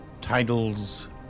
Titles